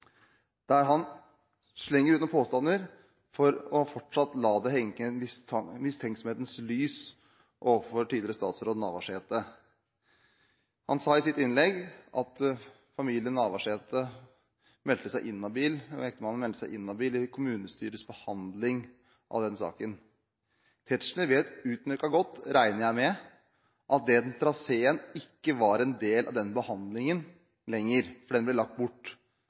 der han slenger ut noen påstander for fortsatt å la det henge et mistenksomhetens lys over tidligere statsråd Navarsete. Han sa i sitt innlegg at Navarsetes ektemann meldte seg inhabil i kommunestyrets behandling av den saken. Representanten Tetzschner vet utmerket godt, regner jeg med, at den traseen ikke var en del av den behandlingen, for den ble lagt bort.